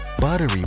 buttery